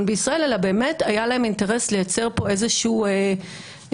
בישראל אלא באמת היה להם אינטרס לייצר איזה שהוא בלגן.